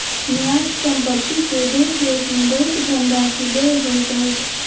न्यास संपत्ति के देख रेख में बहुत धनराशि व्यय होइत अछि